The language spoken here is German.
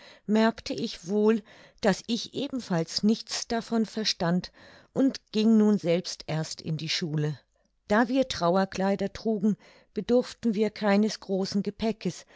merkte ich wohl daß ich ebenfalls nichts davon verstand und ging nun selbst erst in die schule da wir trauerkleider trugen bedurften wir keines großen gepäckes